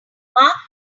mark